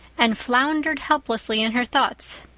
and floundered helplessly in her thoughts.